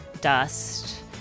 dust